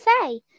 say